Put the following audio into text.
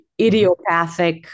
idiopathic